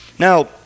Now